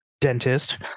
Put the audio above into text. dentist